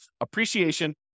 appreciation